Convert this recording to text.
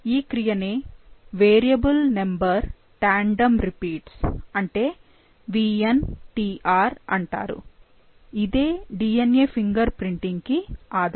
ఈ క్రియనే variable number tandem repeats VNTR అంటారు ఇదే DNA ఫింగర్ ప్రింటింగ్ కి ఆధారం